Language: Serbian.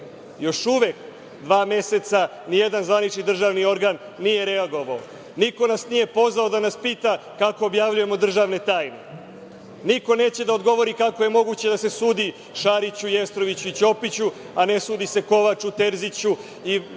uvek, dva meseca, ni jedan zvanični državni organ nije reagovao. Niko nas nije pozvao da nas pita kako objavljujemo državne tajne, niko neće da odgovori kako je moguće da se sudi Šariću, Jestroviću i Ćopiću, a ne sudi se Kovaču, Terziću i brojnim